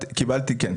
כן.